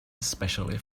especially